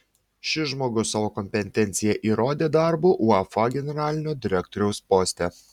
šis žmogus savo kompetenciją įrodė darbu uefa generalinio direktoriaus poste